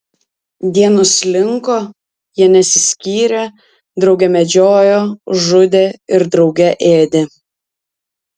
dienos slinko jie nesiskyrė drauge medžiojo žudė ir drauge ėdė